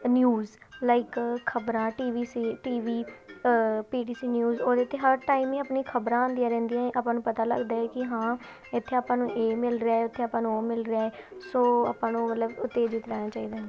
news like ਖ਼ਬਰਾਂ T V C T V P T C news ਔਰ ਇਹ 'ਤੇ ਹਰ ਟਾਈਮ ਹੀ ਆਪਣੀਆਂ ਖ਼ਬਰਾਂ ਆਉਂਦੀਆਂ ਰਹਿੰਦੀਆਂ ਆਪਾਂ ਨੂੰ ਪਤਾ ਲੱਗਦਾ ਹੈ ਕਿ ਹਾਂ ਇੱਥੇ ਆਪਾਂ ਨੂੰ ਇਹ ਮਿਲ ਰਿਹਾ ਉੱਥੇ ਆਪਾਂ ਨੂੰ ਉਹ ਮਿਲ ਰਿਹਾ ਹੈ ਸੋ ਆਪਾਂ ਨੂੰ ਮਤਲਬ ਉਤੇਜਿਤ ਰਹਿਣਾ ਚਾਹੀਦਾ